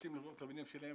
רוצים לבנות את הבניין שלהם.